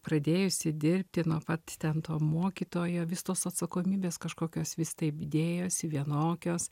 pradėjusi dirbti nuo pat ten to mokytojo vis tos atsakomybės kažkokios vis taip dėjosi vienokios